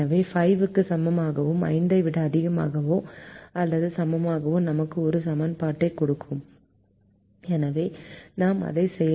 எனவே இது 5 க்கு சமமாகவும் 5 ஐ விட அதிகமாகவோ அல்லது சமமாகவோ நமக்கு ஒரு சமன்பாட்டைக் கொடுக்கும் எனவே நாம் அதை செய்